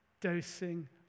dosing